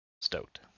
stoked